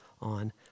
on